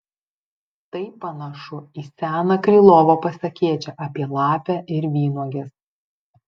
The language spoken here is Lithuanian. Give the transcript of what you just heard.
tai panašu į seną krylovo pasakėčią apie lapę ir vynuoges